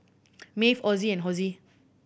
Maeve Ozzie and Hosie